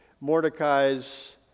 Mordecai's